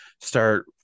start